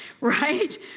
right